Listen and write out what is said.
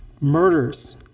murders